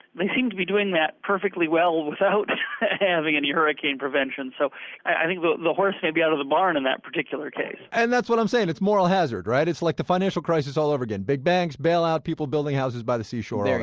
they seem to be doing that perfectly well without having any hurricane prevention, so i think the the horse may be out of the barn in that particular case and that's what i'm saying it's moral hazard, right? it's like the financial crisis all over again big banks, bailout, people building houses by the seashore, all